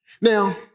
Now